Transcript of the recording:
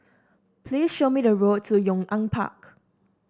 please show me the road to Yong An Park